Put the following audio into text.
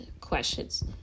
questions